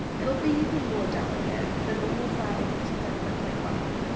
it'll be even more delicate but normal flour works perfectly well.